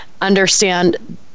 understand